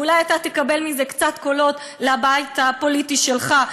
ואולי אתה תקבל מזה קצת קולות לבית הפוליטי שלך,